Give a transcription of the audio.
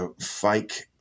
Fake